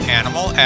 animal